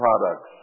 products